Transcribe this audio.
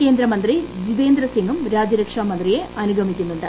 കേന്ദ്രമന്ത്രി ജിതേന്ദ്ര സിങും രാജ്യരക്ഷാ മന്ത്രിയെ അനുഗമിക്കുന്നുണ്ട്